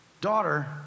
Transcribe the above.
daughter